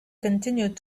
continued